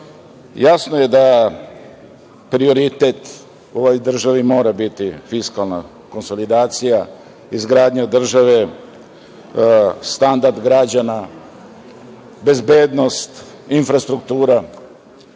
je da prioritet u ovoj državi mora biti fiskalna konsolidacija, izgradnja države, standard građana, bezbednost, infrastruktura,